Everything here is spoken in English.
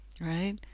right